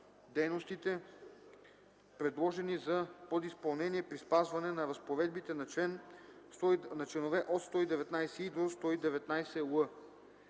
дейностите, предложени за подизпълнение при спазване на разпоредбите на чл. 119и–119л.